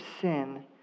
sin